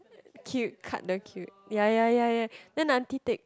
queue cut the queue ya ya ya ya then Char-Kway-Teow take